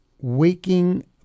waking